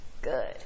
Good